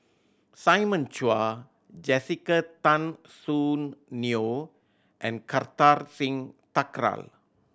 Simon Chua Jessica Tan Soon Neo and Kartar Singh Thakral